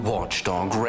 Watchdog